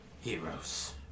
heroes